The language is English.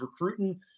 recruiting